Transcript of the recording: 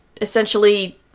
essentially